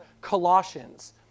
Colossians